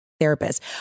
therapist